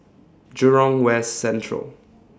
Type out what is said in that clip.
Jurong West Central